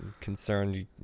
Concerned